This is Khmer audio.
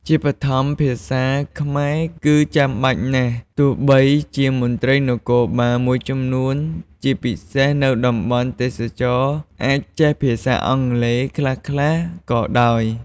ជាបឋម ភាសាខ្មែរគឺចាំបាច់ណាស់ ទោះបីជាមន្ត្រីនគរបាលមួយចំនួនជាពិសេសនៅតំបន់ទេសចរណ៍អាចចេះភាសាអង់គ្លេសខ្លះៗក៏ដោយ។